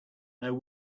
know